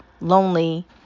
lonely